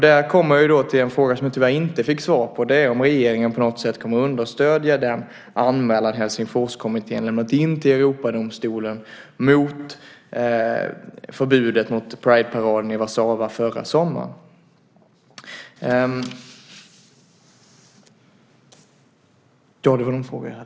Där kommer vi till en fråga som jag tyvärr inte fick svar på, nämligen om regeringen på något sätt kommer att understödja den anmälan Helsingforskommittén lämnat in till Europadomstolen mot förbudet mot Prideparaden i Warszawa förra sommaren. Det var de frågor jag hade.